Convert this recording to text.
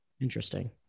Interesting